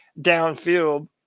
downfield